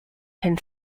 can